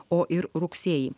o ir rugsėjį